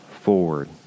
forward